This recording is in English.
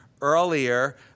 earlier